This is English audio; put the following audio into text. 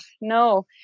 no